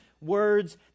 words